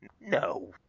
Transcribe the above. no